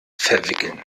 verwickeln